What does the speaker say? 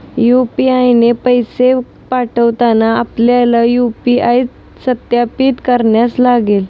UPI ने पैसे पाठवताना आपल्याला यू.पी.आय सत्यापित करण्यास सांगेल